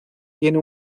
tiene